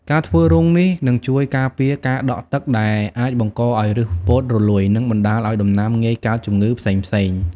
ការធ្វើជារងនេះ នឹងជួយការពារការដក់ទឹក ដែលអាចបង្កឱ្យឬសពោតរលួយ និងបណ្ដាលឱ្យដំណាំងាយកើតជំងឺផ្សេងៗ។